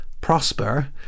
prosper